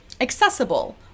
accessible